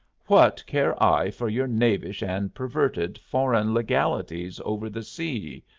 what care i for your knavish and perverted foreign legalities over the sea?